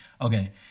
Okay